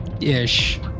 Ish